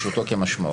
פשוטו כמשמעו,